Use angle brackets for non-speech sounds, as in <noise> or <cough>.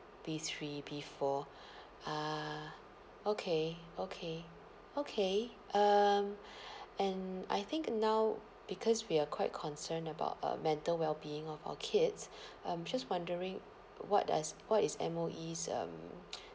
B three B four <breath> ah okay okay okay um <breath> and I think now because we're quite concerned about uh mental well being of our kids <breath> I'm just wondering what does what is M_O_E's um <breath>